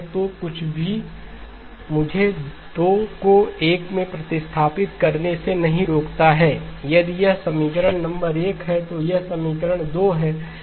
तो कुछ भी मुझे 2 को 1 में प्रतिस्थापित करने से नहीं रोकता है यदि यह समीकरण नंबर 1 है तो यह समीकरण 2 है